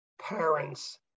parents